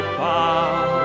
bow